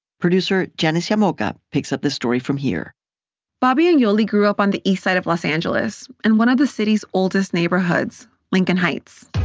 producer janice llamoca picks up the story from here bobby and yoli grew up on the eastside of los angeles in and one of the city's oldest neighborhoods, lincoln heights